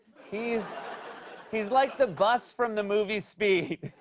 he's he's like the bus from the movie speed.